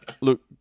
Look